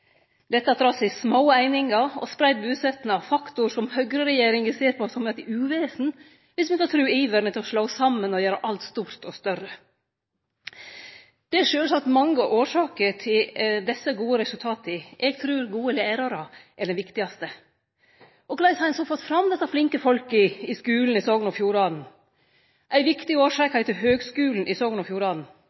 dette trass i små einingar og spreidd busetnad – faktorar som høgreregjeringa ser på som eit uvesen, viss ein skal tru iveren etter å slå saman og gjere alt stort og større. Det er sjølvsagt mange årsaker til desse gode resultata. Eg trur gode lærarar er den viktigaste av dei. Korleis har ein så fått fram desse flinke folka i skulen i Sogn og Fjordane? Ei viktig årsak heiter Høgskulen i Sogn og Fjordane,